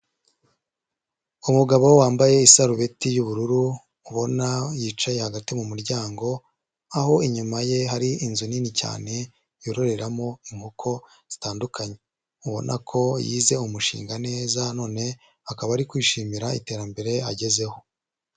Umugabo wambaye isarubeti y'ubururu ubona yicaye hagati mu muryango, aho inyuma ye hari inzu nini cyane yororeramo inkoko zitandukanye, ubona ko yize umushinga neza none akaba ari kwishimira iterambere agezeho.